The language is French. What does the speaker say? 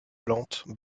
plantes